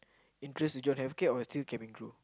interest in your healthcare or what still can include